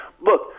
look